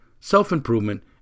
self-improvement